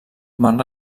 van